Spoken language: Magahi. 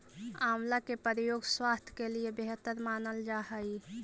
आंवला के प्रयोग स्वास्थ्य के लिए बेहतर मानल जा हइ